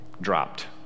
dropped